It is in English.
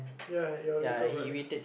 ya your little brother